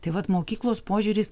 tai vat mokyklos požiūris